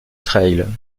trail